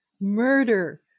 murder